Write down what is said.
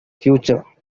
future